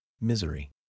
misery